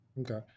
Okay